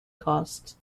cost